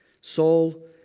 Saul